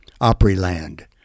Opryland